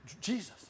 Jesus